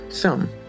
film